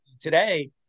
today